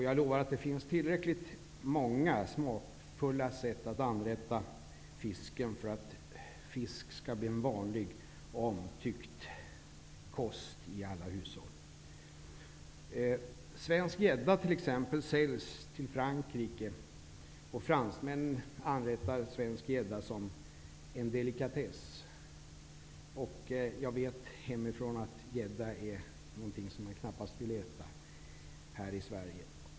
Jag lovar att det finns tillräckligt många smakfulla sätt att anrätta fisk för att den skall kunna bli en vanlig och omtyckt kost i alla hushåll. Svensk gädda säljs t.ex. till Frankrike. Fransmännen anrättar svensk gädda som en delikatess. Jag vet hemifrån att gädda är något som man knappast vill äta här i Sverige.